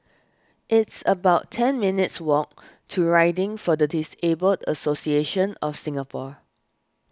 it's about ten minutes' walk to Riding for the Disabled Association of Singapore